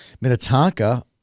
Minnetonka